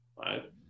right